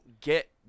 Get